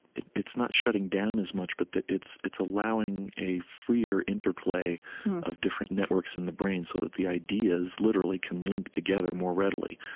it's it's not shutting down as much, but it's it's allowing a freer interplay of different networks in the brain so that the ideas literally can link together more readily.